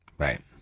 Right